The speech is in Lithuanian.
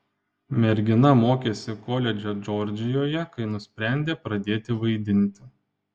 mergina mokėsi koledže džordžijoje kai nusprendė pradėti vaidinti